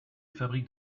fabrique